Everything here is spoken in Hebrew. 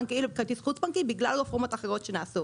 בנקאי לבין כרטיס חוץ בנקאי בגלל רפורמות אחרות שנעשו.